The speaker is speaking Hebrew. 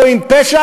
והם לא רואים פשע,